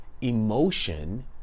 emotion